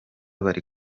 bari